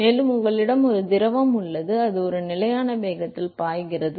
மேலும் உங்களிடம் ஒரு திரவம் உள்ளது அது ஒரு நிலையான வேகத்தில் பாய்கிறது